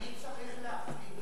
אני צריך להחליט,